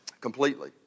completely